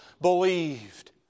believed